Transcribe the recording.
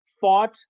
fought